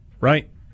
right